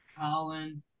Colin